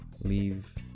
leave